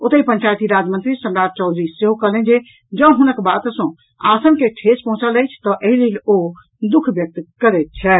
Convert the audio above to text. ओतहि पंचायती राज मंत्री सम्राट चौधरी सेहो कहलनि जे जॅऽ हुनक बात सॅ आसन के ठेस पहुंचल अछि तऽ एहि लेल ओ दु ख व्यक्त करैत छथि